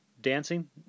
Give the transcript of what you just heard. dancing